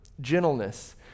Gentleness